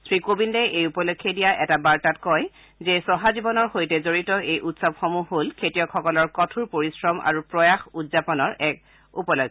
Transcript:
শ্ৰীকোবিন্দে এই উপলক্ষে দিয়া এটা বাৰ্তাত কয় যে চহা জীৱনৰ লগত জড়িত এই উৎসৱসমূহ হল খেতিয়কসকলৰ কঠোৰ পৰিশ্ৰম আৰু প্ৰয়াস উদযাপনৰ এক উপলক্ষ